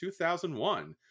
2001